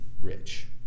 rich